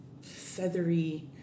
feathery